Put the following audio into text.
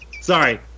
Sorry